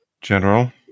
General